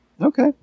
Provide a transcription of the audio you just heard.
Okay